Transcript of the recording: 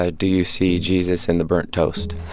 ah do you see jesus in the burnt toast,